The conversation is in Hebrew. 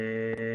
בהמשך.